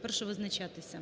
Прошу визначатися.